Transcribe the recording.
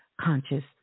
conscious